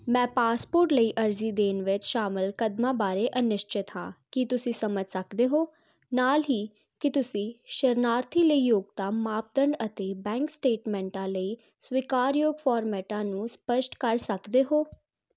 ਮੈਂ ਪਾਸਪੋਰਟ ਲਈ ਅਰਜ਼ੀ ਦੇਣ ਵਿੱਚ ਸ਼ਾਮਲ ਕਦਮਾਂ ਬਾਰੇ ਅਨਿਸ਼ਚਿਤ ਹਾਂ ਕੀ ਤੁਸੀਂ ਸਮਝ ਸਕਦੇ ਹੋ ਨਾਲ ਹੀ ਕੀ ਤੁਸੀਂ ਸ਼ਰਨਾਰਥੀ ਲਈ ਯੋਗਤਾ ਮਾਪਦੰਡ ਅਤੇ ਬੈਂਕ ਸਟੇਟਮੈਂਟਾਂ ਲਈ ਸਵੀਕਾਰਯੋਗ ਫਾਰਮੈਟਾਂ ਨੂੰ ਸਪਸ਼ਟ ਕਰ ਸਕਦੇ ਹੋ